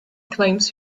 claims